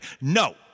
No